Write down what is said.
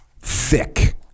thick